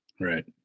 Right